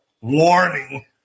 warning